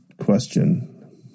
question